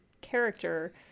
character